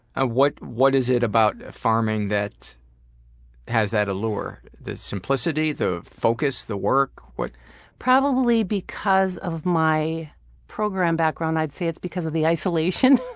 ah what what is it about farming that has that allure? the simplicity? the focus the work? probably because of my program background i'd say it's because of the isolation